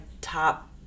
top